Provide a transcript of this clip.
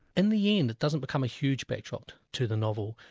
in the end it doesn't become a huge backdrop to the novel,